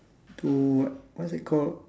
two what what is it called